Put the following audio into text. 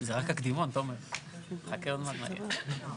לנושא חוק אוויר נקי.